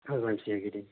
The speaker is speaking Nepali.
अगमसिंह गिरी